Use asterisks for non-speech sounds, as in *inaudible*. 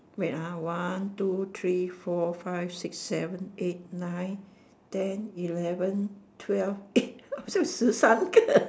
wait ah one two three four five six seven eight nine ten eleven twelve eh *laughs* so 十三个